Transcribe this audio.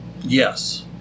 Yes